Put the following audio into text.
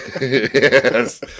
yes